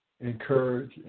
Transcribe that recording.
encourage